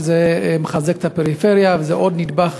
שזה מחזק את הפריפריה, וזה עוד נדבך